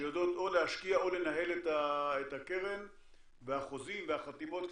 שיודעות או להשקיע או לנהל את הקרן והחוזים והחתימות,